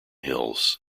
hills